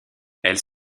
elles